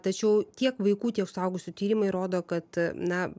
tačiau tiek vaikų tiek suaugusių tyrimai rodo kad na